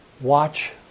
watch